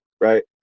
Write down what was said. right